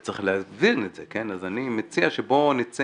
וצרך להבין את זה ואני מציע שבואו נצא